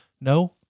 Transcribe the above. No